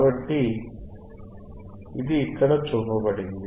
కాబట్టి ఇది ఇక్కడ చూపబడింది